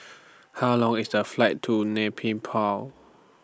How Long IS The Flight to Nay Pyi Paw